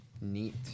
Neat